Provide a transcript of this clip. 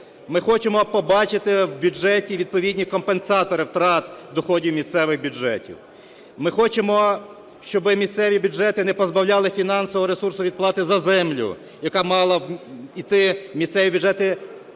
Ми хочемо побачити у бюджеті відповідні компенсатори втрат доходів місцевих бюджетів. Ми хочемо, щоб місцеві бюджети не позбавляли фінансового ресурсу від сплати за землю, яка мала йти у місцеві бюджети